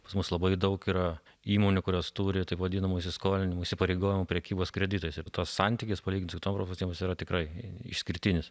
pas mus labai daug yra įmonių kurios turi taip vadinamų įsiskolinimų įsipareigojimų prekybos kreditais ir tas santykis palygint su kitomis europos yra tikrai išskirtinis